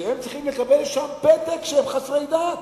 שהם צריכים לקבל שם פתק שהם חסרי דת.